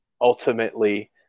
ultimately